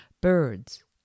birds